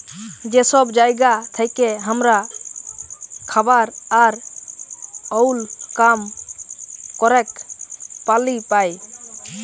যে সব জায়গা থেক্যে হামরা খাবার আর ওল্য কাম ক্যরের পালি পাই